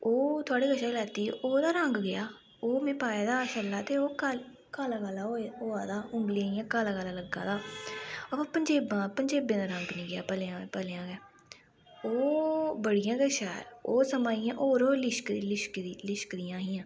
ओह् थुआढ़े कशा लैती ही ओह्दा रंग गेआ ओह् में पाए दा हा छल्ला ते ओह् काला काला होए होआ दा हा उंगली इ'यां काला काला लग्गा दा हा अवा पंजेबां पंजेबें दा रंग नी गेआ भलेआं भलेआं गै ओह् बड़ियां गै शैल ओह् समां इ'यां होर होर लिश्क लिश्क लिश्कदियां हियां